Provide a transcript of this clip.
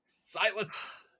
Silence